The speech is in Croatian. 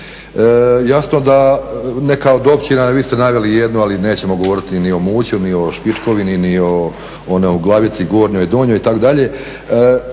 Jasno da neka od općina a vi ste naveli jednu, ali nećemo govoriti ni o Muću ni o Špičkovini ni o onoj Glavici gornjoj, donjoj itd.,